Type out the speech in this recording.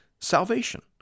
salvation